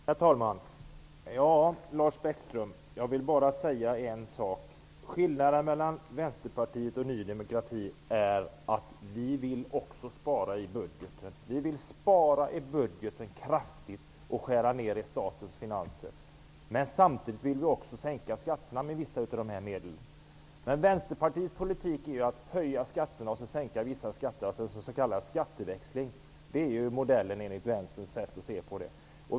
Herr talman! Till Lars Bäckström vill jag bara säga en sak: Skillnaden mellan Västerpartiet och Ny demokrati är att vi också vill spara i budgeten. Vi vill spara kraftigt och skära ned i statens finanser. Samtidigt vill vi också sänka skatterna med en del av dessa medel. Vänsterpartiets politik är att höja skatterna och sedan sänka vissa skatter. Det kallas skatteväxling och är modellen enligt vänsterns sätt att se.